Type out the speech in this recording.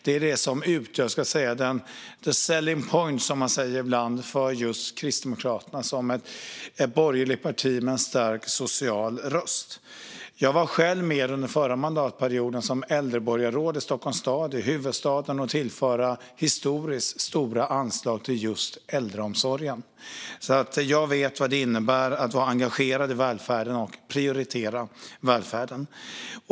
Det är detta som utgör the selling point, som man säger ibland, för Kristdemokraterna, som är ett borgerligt parti med en stark social röst. Under den förra mandatperioden - då jag var äldreborgarråd i Stockholms stad - i huvudstaden var jag själv med om att tillföra historiskt stora anslag till just äldreomsorgen. Jag vet alltså vad det innebär att vara engagerad i välfärden och att prioritera välfärden.